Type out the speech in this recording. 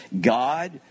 God